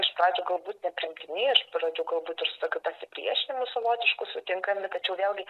iš pradžių galbūt nepriimtini iš pradžių galbūt ir su tokiu pasipriešinimu savotišku sutinkam bet tačiau vėlgi